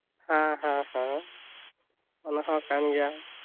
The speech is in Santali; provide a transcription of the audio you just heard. ᱦᱮᱸ ᱦᱮᱸ ᱦᱮᱸ ᱚᱱᱟ ᱦᱚᱸ ᱠᱟᱱ ᱜᱮᱭᱟ